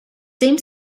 seemed